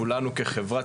כולנו כחברה,